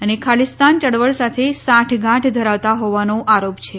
અને ખાલીસ્તાન ચળવળ સાથે સાંઠગાંઠ ધરાવતા હોવાનો આરોપ છે